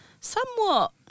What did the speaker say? somewhat